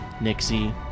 Nixie